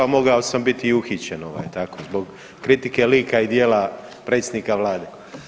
Mogao sam biti i uhićen zbog kritike lika i djela predsjednika Vlade.